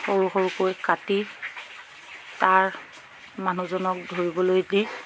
সৰু সৰুকৈ কাটি তাৰ মানুহজনক ধৰিবলৈ দি